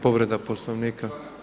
Povreda Poslovnika.